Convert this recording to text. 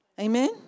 Amen